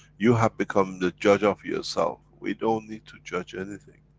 you have become the judge of yourself, we don't need to judge anything.